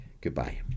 Goodbye